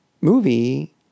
movie